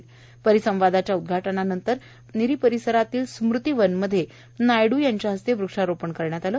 या परिसंवादाच्या उदघाटनानंतर निरी परिसरातील स्मृती वन मध्ये नायड् यांच्या हस्ते वक्षारोपणही करण्यात आले